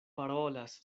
parolas